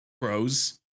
crows